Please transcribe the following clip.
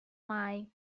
mai